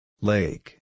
Lake